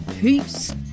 peace